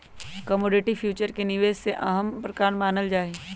commodity future के निवेश के सबसे अहम प्रकार मानल जाहई